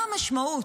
מה המשמעות?